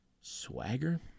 swagger